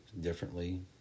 differently